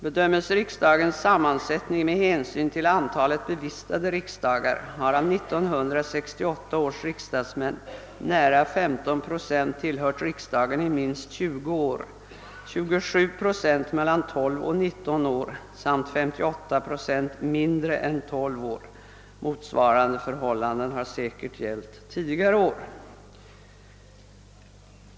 Bedömes riksdagens sammansättning med hänsyn till antalet bevistade riksdagar, finner man, att nära 15 procent av 1968 års riksdagsmän tillhört riksdagen i minst 20 år, 27 procent mellan 12 och 19 år samt 58 procent mindre än 12 år. Motsvarande förhållanden har säkerligen gällt tidigare år.